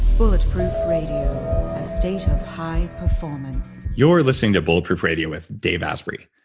bulletproof radio, a station of high performance you're listening to bulletproof radio with dave asprey.